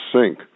sink